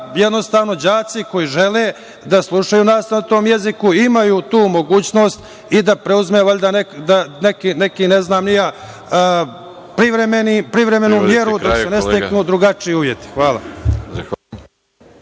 jednostavno đaci koji žele da slušaju nastavu na tom jeziku i imaju tu mogućnost i da preuzme, ne znam ni ja, privremenu meru da se ne steknu drugačiji uslovi. Hvala.